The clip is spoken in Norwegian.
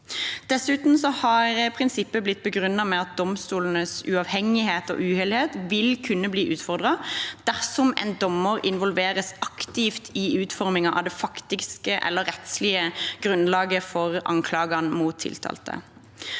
Dessuten har prinsippet blitt begrunnet med at domstolenes uavhengighet og uhildethet vil kunne bli utfordret dersom en dommer involveres aktivt i utformingen av det faktiske eller rettslige grunnlaget for anklagene mot tiltalte.